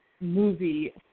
movie